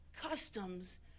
customs